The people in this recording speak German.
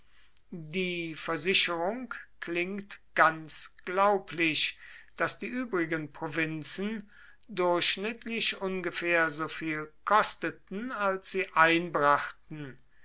die versicherung klingt ganz glaublich daß die übrigen provinzen durchschnittlich ungefähr so viel kosteten als sie einbrachten